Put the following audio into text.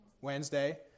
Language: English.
Wednesday